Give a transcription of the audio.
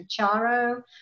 Charo